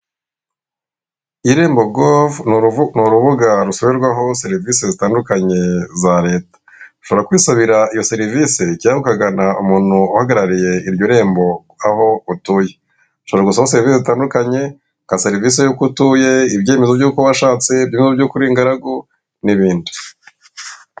Irembo gove ni uruvu ni urubuga rusabirwaho serivisi zitandukanye za leta ushobora kwisabira iyo serivisi cyangwa ukagana umuntu uhagarariye iryo rembo aho utuye ushobora gusabiraho serivise zitandukanye nka serivisi y'uko utuye, ibyemezo by'uko washatse, ibyemezo by'ukuri ingaragu n'ibindi.